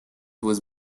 was